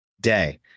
day